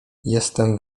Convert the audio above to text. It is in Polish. jestem